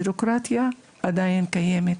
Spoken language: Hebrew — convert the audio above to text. הבירוקרטיה עדיין קיימת.